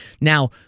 Now